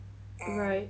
right